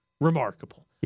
remarkable